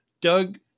Doug